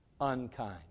Unkind